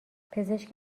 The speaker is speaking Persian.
پزشک